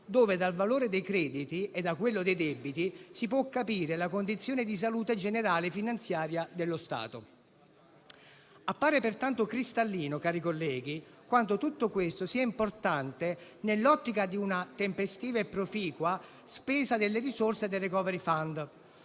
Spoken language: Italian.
dove, dal valore dei crediti e da quello dei debiti, si può capire la condizione di salute generale finanziaria dello Stato. Appare pertanto cristallino, cari colleghi, quanto tutto questo sia importante nell'ottica di una tempestiva e proficua spesa delle risorse del *recovery fund*.